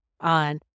on